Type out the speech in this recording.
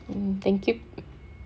mm thank you